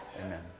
Amen